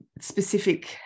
specific